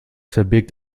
verbirgt